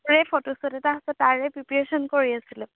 photo shoot এটা আছে তাৰে প্ৰিপ্ৰেশ্যন কৰি আছিলোঁ